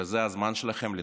וזה הזמן שלכם לדבר.